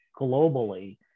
globally